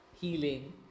healing